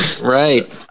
Right